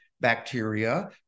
bacteria